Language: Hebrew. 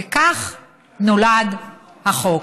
וכך נולד החוק.